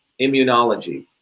immunology